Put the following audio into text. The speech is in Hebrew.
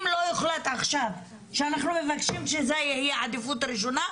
אם לא יוחלט עכשיו שאנחנו מבקשים שזאת תהיה עדיפות ראשונה,